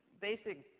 basic